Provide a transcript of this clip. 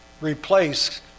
replace